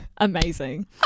Amazing